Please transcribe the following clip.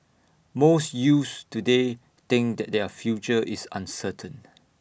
most youths today think that their future is uncertain